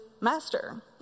Master